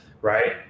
Right